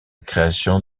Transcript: création